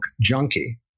Junkie